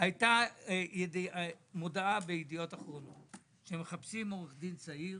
הייתה מודעה בידיעות אחרונות שמחפשים עורך דין צעיר